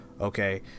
okay